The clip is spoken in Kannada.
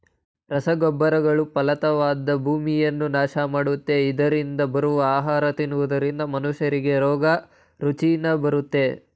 ರಸಗೊಬ್ಬರಗಳು ಫಲವತ್ತಾದ ಭೂಮಿಯನ್ನ ನಾಶ ಮಾಡುತ್ತೆ, ಇದರರಿಂದ ಬರುವ ಆಹಾರ ತಿನ್ನುವುದರಿಂದ ಮನುಷ್ಯರಿಗೆ ರೋಗ ರುಜಿನ ಬರುತ್ತೆ